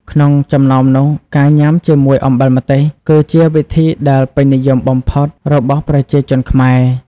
ក្នុងចំណោមនោះ ការញ៉ាំជាមួយ អំបិលម្ទេស គឺជាវិធីដែលពេញនិយមបំផុត របស់ប្រជាជនខ្មែរ។